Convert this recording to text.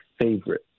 favorite